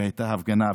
ושם אפילו הייתה הפגנה,